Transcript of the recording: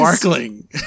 Sparkling